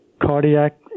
cardiac